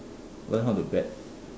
learn how to bet